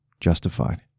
justified